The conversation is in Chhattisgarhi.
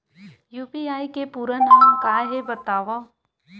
यू.पी.आई के पूरा नाम का हे बतावव?